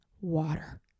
water